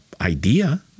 idea